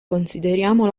consideriamo